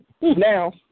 Now